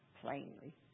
plainly